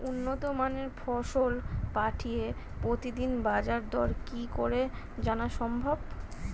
উন্নত মানের ফসল পাঠিয়ে প্রতিদিনের বাজার দর কি করে জানা সম্ভব?